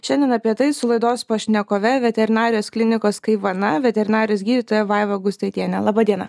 šiandien apie tai su laidos pašnekove veterinarijos klinikos kai vana veterinarijos gydytoja vaiva gustaitiene laba diena